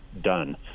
done